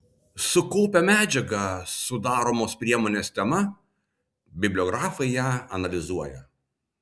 sukaupę medžiagą sudaromos priemonės tema bibliografai ją analizuoja